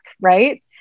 right